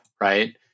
Right